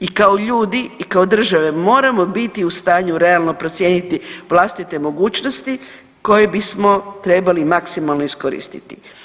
I kao ljudi i kao države moramo biti u stanju realno procijeniti vlastite mogućnosti koje bismo trebali maksimalno iskoristiti.